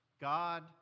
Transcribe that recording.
God